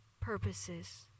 purposes